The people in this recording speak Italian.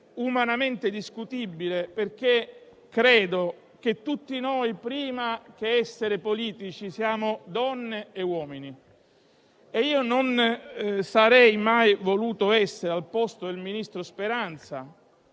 umanamente discutibile perché credo che tutti noi, prima che essere politici, siamo donne e uomini. E io non sarei mai voluto essere al posto del ministro Speranza